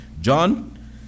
John